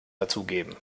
dazugeben